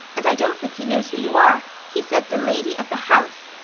and i don't think he knows who you are he said the lady of the house.